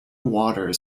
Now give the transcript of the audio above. waters